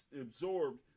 absorbed